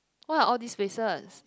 where are all these places